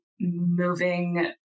moving